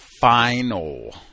final